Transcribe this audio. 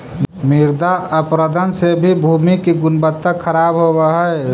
मृदा अपरदन से भी भूमि की गुणवत्ता खराब होव हई